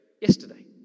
yesterday